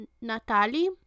natalie